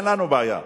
אין לנו בעיה.